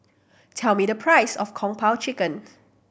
tell me the price of Kung Po Chicken